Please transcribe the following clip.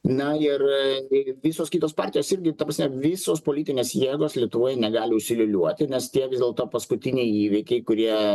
na ir ir visos kitos partijos irgi ta prasme visos politinės jėgos lietuvoj negali užsiliūliuoti nes tie vis dėl to paskutiniai įvykiai kurie